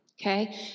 okay